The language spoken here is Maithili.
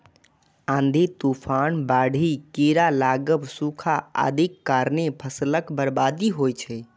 आंधी, तूफान, बाढ़ि, कीड़ा लागब, सूखा आदिक कारणें फसलक बर्बादी होइ छै